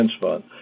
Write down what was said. Fund